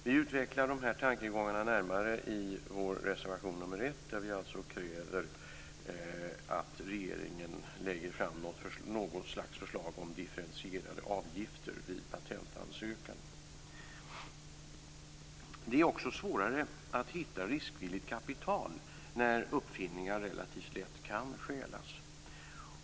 Vi utvecklar dessa tankegångar närmare i vår reservation nr 1, där vi alltså kräver att regeringen lägger fram något slags förslag om differentierade avgifter vid patentansökan. Det är också svårare att hitta riskvilligt kapital när uppfinningar relativt lätt kan stjälas.